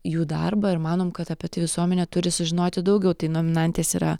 jų darbą ir manom kad apie tai visuomenė turi sužinoti daugiau tai nominantės yra